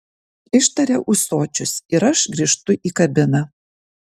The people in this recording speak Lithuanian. ištaria ūsočius ir aš grįžtu į kabiną